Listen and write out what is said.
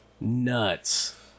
nuts